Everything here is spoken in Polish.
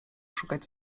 szukać